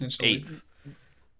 eighth